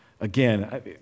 Again